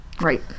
Right